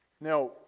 Now